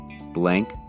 blank